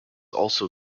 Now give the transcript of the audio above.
also